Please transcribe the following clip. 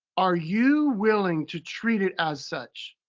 are you willing to treat it as such?